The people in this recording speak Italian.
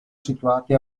situati